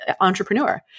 entrepreneur